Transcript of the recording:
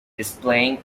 displaying